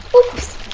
ooops!